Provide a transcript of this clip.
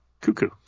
cuckoo